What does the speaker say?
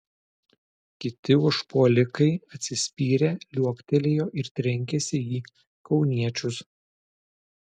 kiti užpuolikai atsispyrę liuoktelėjo ir trenkėsi į kauniečius